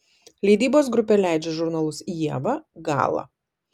leidybos grupė leidžia žurnalus ieva gala